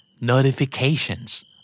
Notifications